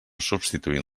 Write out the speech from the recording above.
substituint